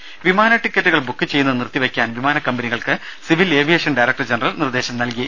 രും വിമാന ടിക്കറ്റുകൾ ബുക്ക് ചെയ്യുന്നത് നിർത്തിവെയ്ക്കാൻ വിമാന കമ്പനികൾക്ക് സിവിൽ ഏവിയേഷൻ ഡയറക്ടർ ജനറൽ നിർദ്ദേശം നൽകി